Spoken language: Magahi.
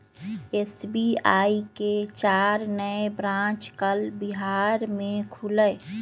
एस.बी.आई के चार नए ब्रांच कल बिहार में खुलय